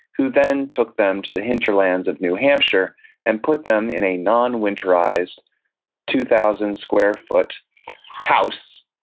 who then took them to the hinterlands of new hampshire and put them in a non-winterized two thousand square foot house,